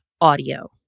audio